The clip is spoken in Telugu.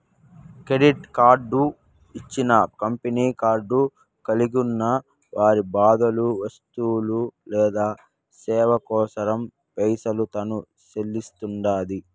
కెడిట్ కార్డు ఇచ్చిన కంపెనీ కార్డు కలిగున్న వారి బదులు వస్తువు లేదా సేవ కోసరం పైసలు తాను సెల్లిస్తండాది